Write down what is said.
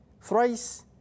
thrice